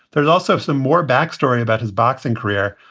there's also some more backstory about his boxing career.